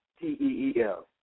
T-E-E-L